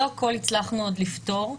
לא הכול הצלחנו פתור,